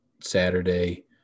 Saturday